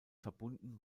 verbunden